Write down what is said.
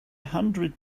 hundred